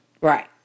Right